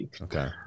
Okay